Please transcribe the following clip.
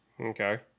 Okay